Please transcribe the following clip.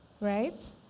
Right